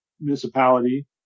municipality